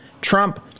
Trump